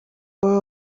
baba